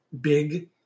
big